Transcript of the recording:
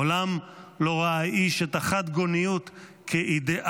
מעולם לא ראה איש את החד-גוניות כאידיאל,